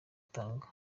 itangwa